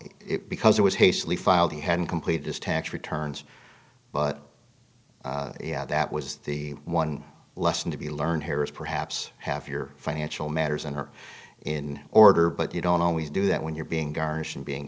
it because it was hastily filed he hadn't completed his tax returns but yeah that was the one lesson to be learned here is perhaps half your financial matters and are in order but you don't always do that when you're being garnishing being